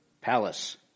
palace